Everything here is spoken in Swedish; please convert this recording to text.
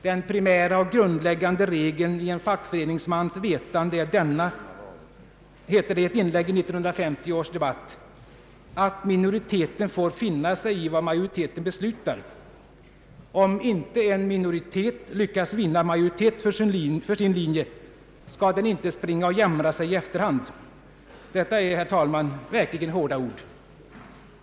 Den primära och grundläggande regeln i en fackföreningsmans vetan de är denna, heter det i ett inlägg i 1950 års debatt: ”Minoriteten får finna sig i vad majoriteten beslutar.” Om inte en minoritet lyckas finna en majoritet för sin linje, skall den inte springa och jämra sig i efterhand. Detta är, herr talman, verkligen hårda ord.